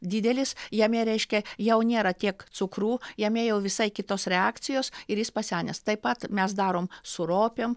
didelis jame reiškia jau nėra tiek cukrų jame jau visai kitos reakcijos ir jis pasenęs taip pat mes darom su ropėm